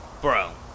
Bro